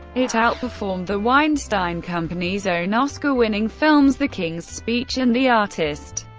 it outperformed the weinstein company's own oscar-winning films the king's speech and the artist,